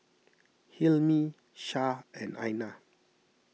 Hilmi Shah and Aina